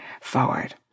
forward